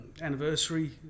anniversary